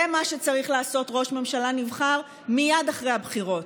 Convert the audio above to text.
זה מה שצריך לעשות ראש ממשלה נבחר מייד אחרי הבחירות.